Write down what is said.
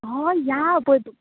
हय या पद